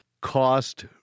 cost